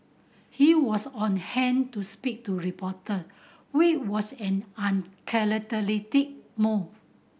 he was on hand to speak to reporter which was an uncharacteristic move